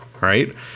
right